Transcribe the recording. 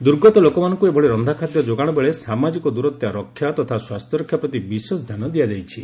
ଦୁର୍ଗତ ଲୋକମାନଙ୍କୁ ଏଭଳି ରନ୍ଧାଖାଦ୍ୟ ଯୋଗାଣ ବେଳେ ସାମାଜିକ ଦୂରତା ରକ୍ଷା ତଥା ସ୍ୱାସ୍ଥ୍ୟରକ୍ଷା ପ୍ରତି ବିଶେଷ ଧ୍ୟାନ ଦିଆଯାଇଛି